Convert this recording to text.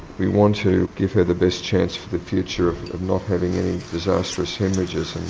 we want to give her the best chance for the future of not having any disastrous haemorrhages